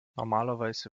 normalerweise